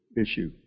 issue